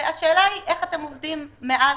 והשאלה היא איך אתם עובדים מאז.